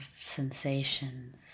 sensations